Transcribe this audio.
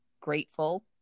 grateful